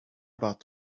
about